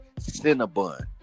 Cinnabon